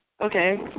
Okay